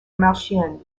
marchiennes